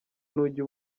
ntujya